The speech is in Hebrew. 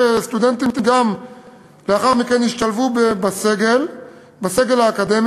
סטודנטים גם ישתלבו לאחר מכן בסגל האקדמי.